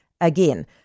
again